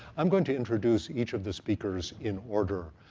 i'm going to introduce each of the speakers in order,